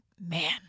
Man